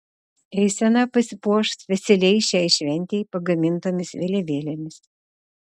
eisena pasipuoš specialiai šiai šventei pagamintomis vėliavėlėmis